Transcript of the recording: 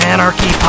Anarchy